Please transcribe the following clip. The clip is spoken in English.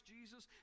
Jesus